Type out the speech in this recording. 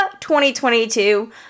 2022